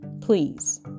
Please